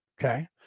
okay